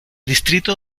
distrito